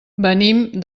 venim